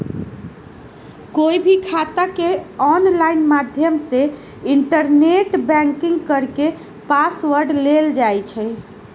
कोई भी खाता के ऑनलाइन माध्यम से इन्टरनेट बैंकिंग करके पासवर्ड लेल जाई छई